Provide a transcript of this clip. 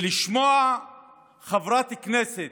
לשמוע חברת כנסת